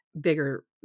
bigger